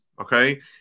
okay